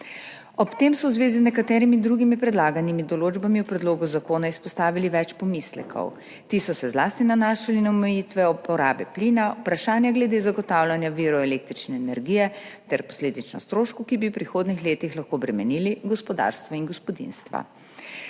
Ob tem so v zvezi z nekaterimi drugimi predlaganimi določbami v predlogu zakona izpostavili več pomislekov. Ti so se zlasti nanašali na omejitve uporabe plina, vprašanja glede zagotavljanja virov električne energije ter posledično stroškov, ki bi v prihodnjih letih lahko bremenili gospodarstvo in gospodinjstva.